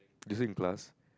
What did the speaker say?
listen in class